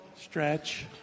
Stretch